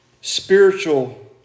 spiritual